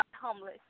homeless